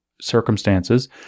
circumstances